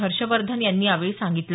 हर्षवर्धन यांनी यावेळी सांगितलं